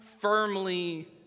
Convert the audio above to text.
firmly